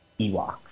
Ewoks